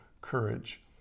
courage